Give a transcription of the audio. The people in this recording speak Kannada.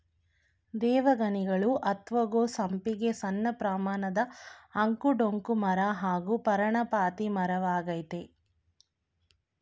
ದೇವಗಣಿಗಲು ಅತ್ವ ಗೋ ಸಂಪಿಗೆ ಸಣ್ಣಪ್ರಮಾಣದ ಅಂಕು ಡೊಂಕು ಮರ ಹಾಗೂ ಪರ್ಣಪಾತಿ ಮರವಾಗಯ್ತೆ